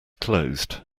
closed